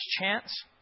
chance